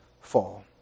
fall